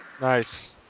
Nice